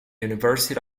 university